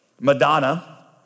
Madonna